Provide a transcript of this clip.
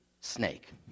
snake